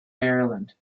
maryland